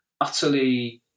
utterly